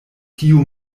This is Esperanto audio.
tiu